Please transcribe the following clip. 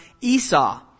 Esau